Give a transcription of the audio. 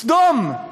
סדום.